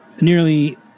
nearly